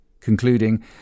concluding